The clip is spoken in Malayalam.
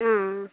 ആ ആ